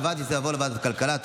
קבעתי שזה יעבור לוועדת הכלכלה.